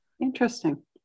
Interesting